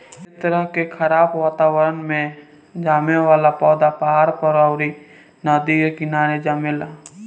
ए तरह के खराब वातावरण में जामे वाला पौधा पहाड़ पर, अउरी नदी के किनारे जामेला